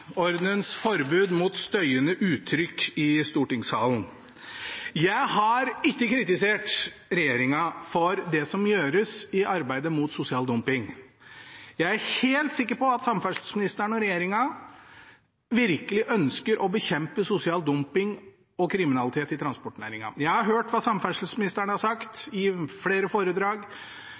forbud mot støyende uttrykk i stortingssalen! Jeg har ikke kritisert regjeringen for det som gjøres i arbeidet mot sosial dumping. Jeg er helt sikker på at samferdselsministeren og regjeringen virkelig ønsker å bekjempe sosial dumping og kriminalitet i transportnæringen. Jeg har hørt hva samferdselsministeren har sagt i flere foredrag,